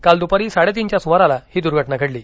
काल दुपारी साडेतीनच्या सुमारास ही दुर्घटना घडली